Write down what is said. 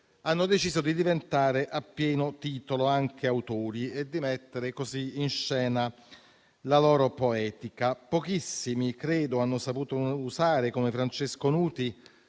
hanno deciso di diventare a pieno titolo anche autori e di mettere così in scena la loro poetica. Pochissimi - credo - hanno saputo usare come Francesco Nuti